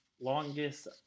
Longest